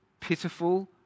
pitiful